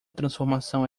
transformação